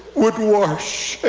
would wash